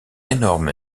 énorme